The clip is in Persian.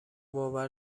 باور